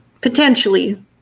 potentially